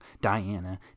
Diana